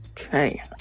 Okay